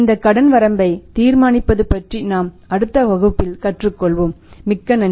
இந்தக் கடன் வரம்பை தீர்மானிப்பது பற்றி நாம் அடுத்த வகுப்பில் கற்றுக்கொள்வோம் மிக்க நன்றி